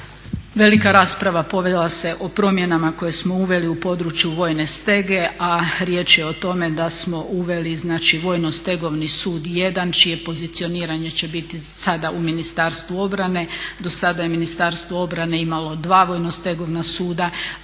velika rasprava povela se o promjenama koje smo uveli u području vojne stege, a riječ je o tome da smo uveli, znači vojno-stegovni sud jedan čije pozicioniranje će biti sada u Ministarstvu obrane. Do sada je Ministarstvo obrane imalo 2 vojno-stegovna suda.